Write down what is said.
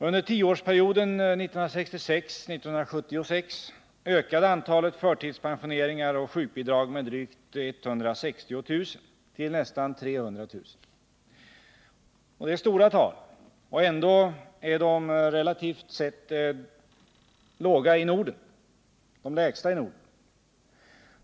Under tioårsperioden 1966-1976 ökade antalet förtidspensioneringar och sjukbidrag med drygt 160 000 till nästan 300 000. Det är stora tal, och ändå är det relativt sett de lägsta i Norden.